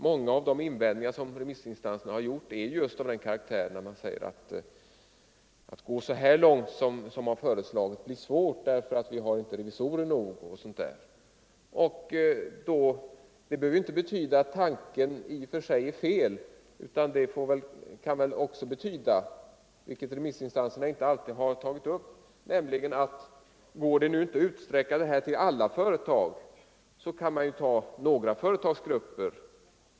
Många av de invändningar remissinstanserna har gjort är dessutom av den karaktären att man säger, att det blir svårt att gå så långt som motionärerna föreslagit därför att det inte finns revisorer nog. Det behöver inte betyda att man finner tanken felaktig i och för sig. Det kan också betyda att om det nu inte går att låta förslaget gälla alla företag så kan man välja några företagsgrupper.